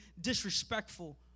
disrespectful